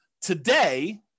Today